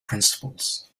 principles